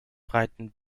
breiten